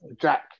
Jack